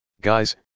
Guys